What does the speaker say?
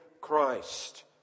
Christ